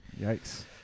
Yikes